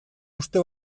uste